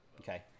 Okay